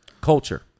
culture